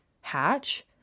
hatch